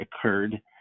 occurred